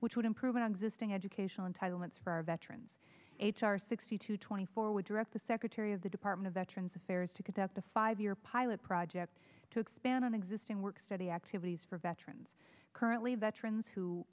which would improve an existing educational entitlements for veterans h r sixty two twenty four would direct the secretary of the department of veterans affairs to conduct a five year pilot project to expand on existing work study activities for veterans currently veterans who